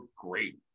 great